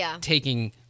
taking